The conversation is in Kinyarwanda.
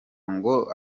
ngo